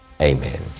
amen